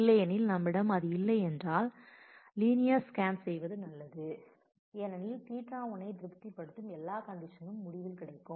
இல்லையெனில் நம்மிடம் அது இல்லை என்றால் லீனியர் ஸ்கேன் செய்வது நல்லது ஏனெனில் Ɵ1 ஐ திருப்திப்படுத்தும் எல்லா கண்டிஷனும் முடிவில் கிடைக்கும்